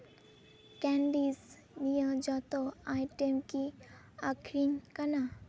candies ᱱᱤᱭᱟᱹ ᱡᱚᱛᱚ item ᱠᱤ ᱟᱠᱷᱨᱤᱧ ᱠᱟᱱᱟ